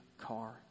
car